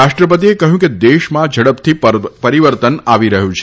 રાષ્ટ્રપતિએ કહ્યું કે દેશમાં ઝડપથી પરિવર્તન આવી રહ્યું છે